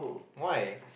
why